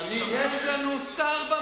יש לנו שר בממשלה,